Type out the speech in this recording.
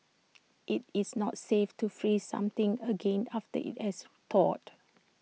IT is not safe to freeze something again after IT has thawed